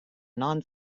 non